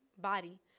body